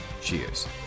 cheers